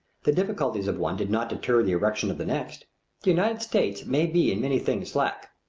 the difficulties of one did not deter the erection of the next. the united states may be in many things slack.